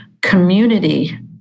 community